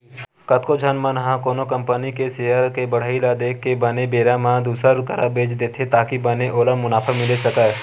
कतको झन मन ह कोनो कंपनी के सेयर के बड़हई ल देख के बने बेरा म दुसर करा बेंच देथे ताकि बने ओला मुनाफा मिले सकय